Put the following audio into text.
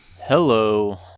Hello